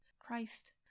Christ